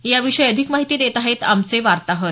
याविषयी अधिक माहिती देत आहेत आमचे वार्ताहर